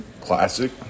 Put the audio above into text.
Classic